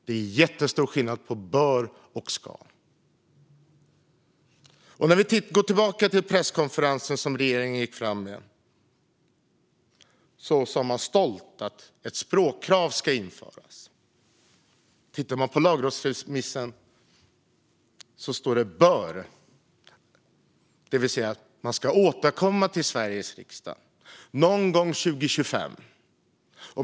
Det är jättestor skillnad på "bör" och "ska". Låt mig gå tillbaka till regeringens presskonferens. Där sa man stolt att ett språkkrav ska införas - tittar vi på lagrådsremissen ser vi att det står "bör" - det vill säga regeringen ska återkomma till Sveriges riksdag någon gång 2025.